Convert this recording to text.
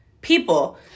People